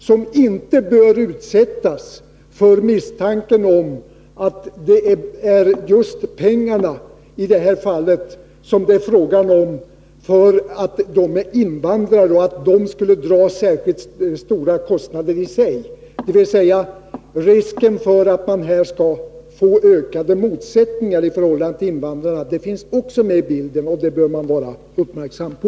De bör inte utsättas för misstanken att de i egenskap av invandrare skulle komma att ge upphov till särskilt stora kostnader. Risken att det skall uppstå ökade motsättningar till invandrarna finns också med i bilden, och det bör man vara uppmärksam på.